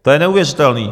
To je neuvěřitelné.